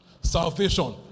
Salvation